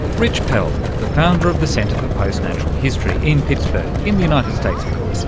rich pell, the founder of the centre for postnatural history in pittsburgh, in the united states of course.